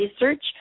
research